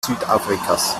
südafrikas